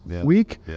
week